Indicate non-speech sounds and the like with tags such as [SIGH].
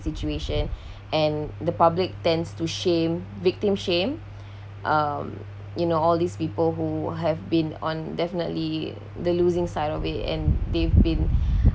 situation [BREATH] and the public tends to shame victim shame um you know all these people who have been on definitely the losing side of it and they've been [BREATH]